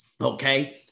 Okay